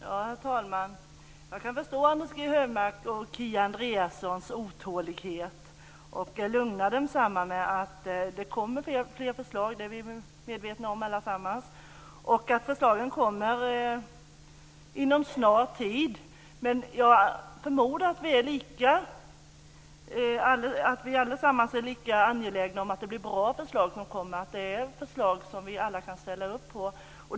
Herr talman! Jag kan förstå Anders G Högmarks och Kia Andreassons otålighet men jag kan lugna dem med att det kommer fler förslag; det är vi väl allesamman medvetna om. Förslagen kommer inom en snar framtid. Jag förmodar att vi alla är lika angelägna om att det blir bra förslag som kommer, att det kommer förslag som vi alla kan ställa upp på.